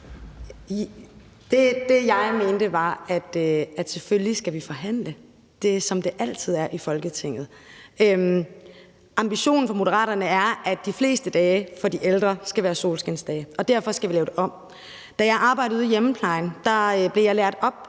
Det, jeg mente, var, at vi selvfølgelig skal forhandle. Det er, som det altid er i Folketinget. Ambitionerne for Moderaterne er, at de fleste dage for de ældre skal være solskinsdage, og derfor skal vi lave det om. Da jeg arbejdede i hjemmeplejen, blev jeg lært op